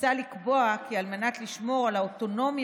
מוצע לקבוע כי על מנת לשמור על האוטונומיה